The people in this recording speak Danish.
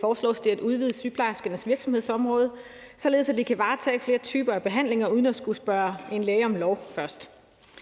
foreslås det at udvide sygeplejerskernes virksomhedsområde, således at de kan varetage flere typer af behandlinger uden at skulle spørge en læge om lov først.